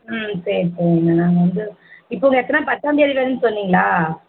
ம் சரி சரி மேடம் வந்து இப்போ உங்களுக்கு எத்தனை பத்தாம்தேதிலேர்ந்து சொன்னிங்களா